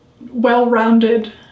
well-rounded